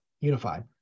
unified